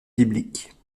bibliques